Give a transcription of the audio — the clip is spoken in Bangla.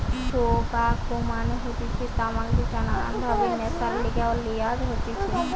টোবাকো মানে হতিছে তামাক যেটা নানান ভাবে নেশার লিগে লওয়া হতিছে